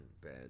bad